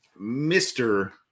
Mr